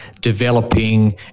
developing